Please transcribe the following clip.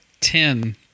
ten